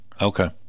Okay